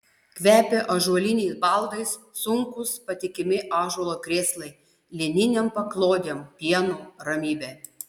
kvepia ąžuoliniais baldais sunkūs patikimi ąžuolo krėslai lininėm paklodėm pienu ramybe